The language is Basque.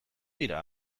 dira